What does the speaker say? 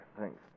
Thanks